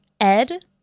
Ed